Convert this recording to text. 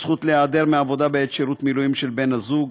זכות להיעדר מהעבודה בעת שירות מילואים של בן הזוג),